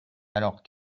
alors